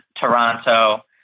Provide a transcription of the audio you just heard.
toronto